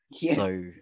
Yes